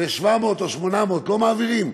ו-700 או 800 לא מעבירים?